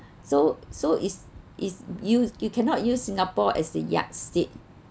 so so is is use you cannot use singapore as the yardstick